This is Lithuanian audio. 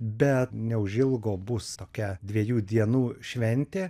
bet neužilgo bus tokia dviejų dienų šventė